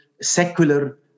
secular